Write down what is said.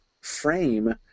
frame